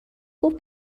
گفت